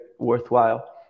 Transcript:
worthwhile